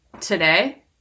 today